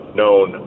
known